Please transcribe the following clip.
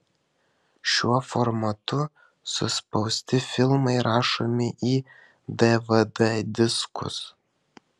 šiuo formatu suspausti filmai rašomi į dvd diskus